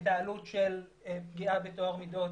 את העלות של פגיעה בטוהר מידה,